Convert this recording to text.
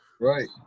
Right